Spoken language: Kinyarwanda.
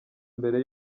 mbere